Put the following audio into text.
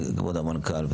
כבוד המנכ"ל,